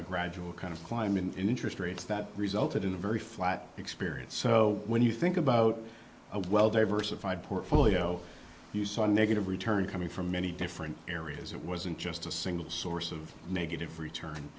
a gradual kind of climb in interest rates that resulted in a very flat experience so when you think about a well diversified portfolio you saw a negative return coming from many different areas it wasn't just a single source of negative return